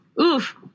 Oof